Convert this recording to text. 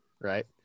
Right